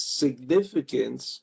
significance